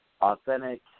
authentic